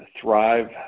thrive